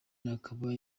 akaba